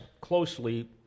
closely